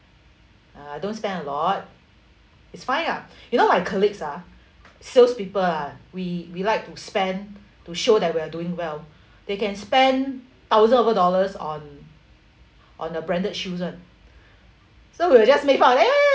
uh don't spend a lot it's fine ah you know my colleagues ah sales people ah we we like to spend to show that we are doing well they can spend thousand over dollars on on a branded shoes [one] so we're just leave out eh